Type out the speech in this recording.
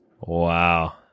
Wow